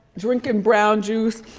drinking brown juice.